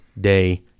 day